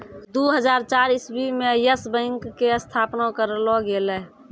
दु हजार चार इस्वी मे यस बैंक के स्थापना करलो गेलै